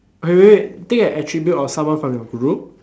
okay wait wait wait take an attribute of someone from your group